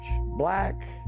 black